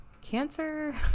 cancer